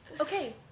okay